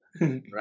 right